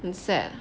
很 sad